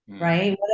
right